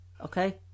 Okay